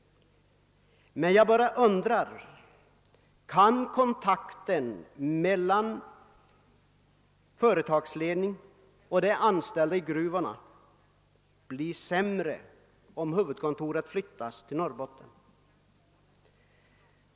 Men jag bara undrar: Kan kontakten mellan företagsledning och de anställda i gruvorna bli sämre, om huvudkontoret flyttas till Norrbotten?